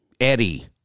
Eddie